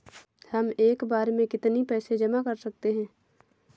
हम एक बार में कितनी पैसे जमा कर सकते हैं?